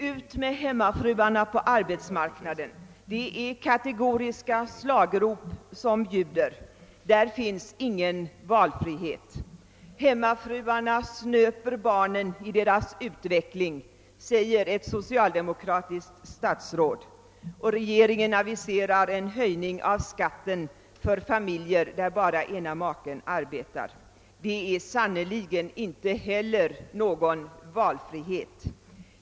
»Ut med hemmafruarna på arbetsmarknaden!» Det är ett av många kategoriska slagord. Där finns ingen valfrihet. »Hemmafruarna snöper barnen i deras utveckling», säger enligt pressen ett socialdemokratiskt statsråd. Och regeringen aviserar en höjning av skatten för familjer där bara ena maken arbetar. Det är sannerligen inte heller någon valfrihet.